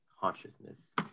consciousness